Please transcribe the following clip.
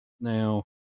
Now